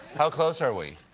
how close are we.